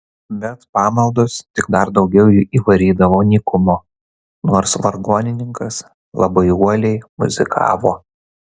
bet pamaldos tik dar daugiau įvarydavo nykumo nors vargonininkas labai uoliai muzikavo